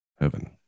Heaven